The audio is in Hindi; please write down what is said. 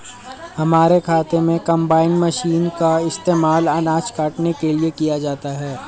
हमारे खेतों में कंबाइन मशीन का इस्तेमाल अनाज काटने के लिए किया जाता है